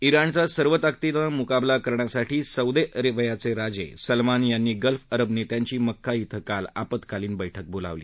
ञाणचा सर्वताकदीने मुकाबला करण्यासाठी सौदी अरेबियाचे राजे सलमान यांनी गल्फ अरब नेत्यांची मक्का क्वे काल आप्तकालीन बस्कि बोलावली